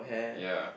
ya